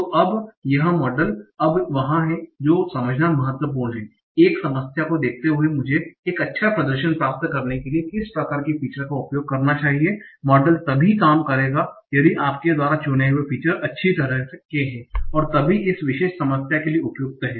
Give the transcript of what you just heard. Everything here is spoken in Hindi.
तो अब यह मॉडल अब वहां है जो समझना महत्वपूर्ण है कि एक समस्या को देखते हुए मुझे एक अच्छा प्रदर्शन प्राप्त करने के लिए किस प्रकार की फीचर्स का उपयोग करना चाहिए मॉडल तभी काम करेगा यदि आपके द्वारा चुने गए फीचर्स अच्छी तरह के हैं और तभी इस विशेष समस्या के लिए उपयुक्त है